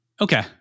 okay